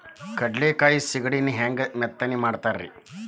ಕಡಲೆಕಾಯಿ ಸಿಗಡಿಗಳನ್ನು ಹ್ಯಾಂಗ ಮೆತ್ತನೆ ಮಾಡ್ತಾರ ರೇ?